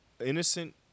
innocent